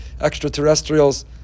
extraterrestrials